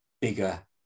bigger